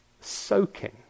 soaking